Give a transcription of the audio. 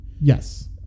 Yes